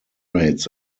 rates